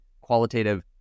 qualitative